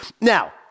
Now